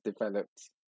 developed